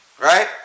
Right